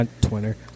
Twitter